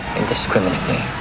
indiscriminately